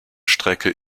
strecke